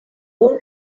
own